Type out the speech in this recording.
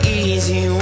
easy